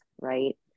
right